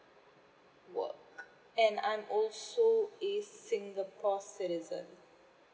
work and I'm also so a singapore citizen